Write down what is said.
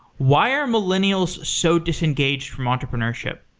why are millennials so disengaged from entrepreneurship?